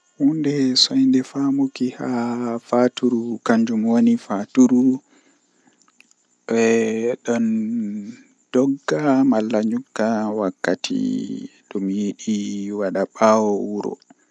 Arandewol kam mi wiyan mo o tokka nyamugo haakooji ledde ledde o tokka nyamugo ledde taa otokka nyamugo hundeeji be sorata haa shagooji jei bendata lawlaw do wadan dum naa nyamdu jei beddinda goddo njamu ngamman o tokka nyamugo haakooji ledde